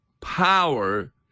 power